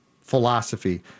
philosophy